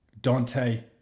Dante